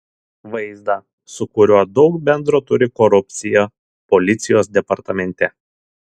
vaizdą su kuriuo daug bendro turi korupcija policijos departamente